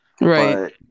right